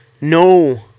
no